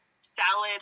salad